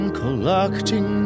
collecting